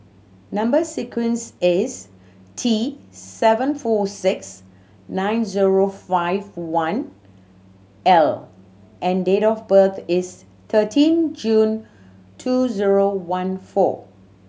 number sequence is T seven four six nine zero five one L and date of birth is thirteen June two zero one four